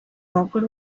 walked